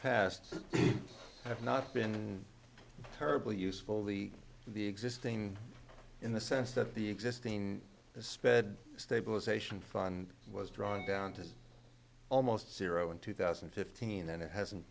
past have not been terribly useful the the existing in the sense that the existing sped stabilization fund was drawn down to almost zero in two thousand and fifteen and it hasn't